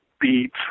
beat